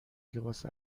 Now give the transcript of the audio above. لباس